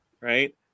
Right